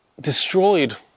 destroyed